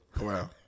Wow